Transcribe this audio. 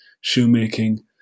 shoemaking